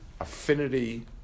affinity